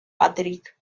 patrick